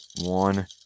one